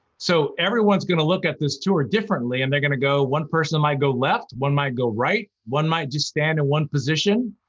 so everyone's going to look at this tour differently and they're going to go, one person might go left, one might go right, one might just stand in one position.